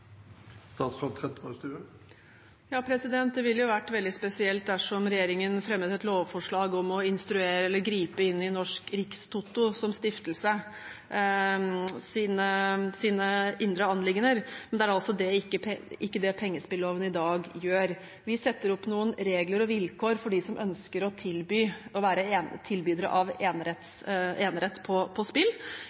Det ville jo vært veldig spesielt dersom regjeringen fremmet et lovforslag om å instruere eller gripe inn i de indre anliggender til Norsk Rikstoto som stiftelse, men det er altså ikke det pengespilloven i dag gjør. Vi setter opp noen regler og vilkår for dem som ønsker å